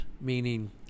meaning